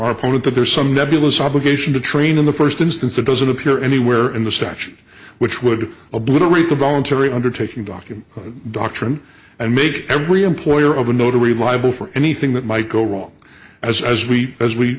our point that there's some nebulous obligation to train in the first instance it doesn't appear anywhere in the section which would obliterate the voluntary undertaking docu doctrine and make every employer of a notary viable for anything that might go wrong as as we as we